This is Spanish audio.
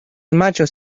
machos